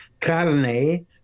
carne